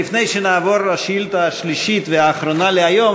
לפני שנעבור לשאילתה השלישית והאחרונה להיום,